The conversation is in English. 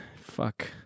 fuck